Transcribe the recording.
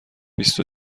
بیست